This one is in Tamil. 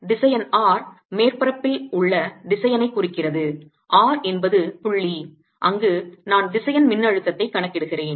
திசையன் R மேற்பரப்பில் உள்ள திசையனைக் குறிக்கிறது r என்பது புள்ளி அங்கு நான் திசையன் மின்னழுத்தத்தைக் கணக்கிடுகிறேன்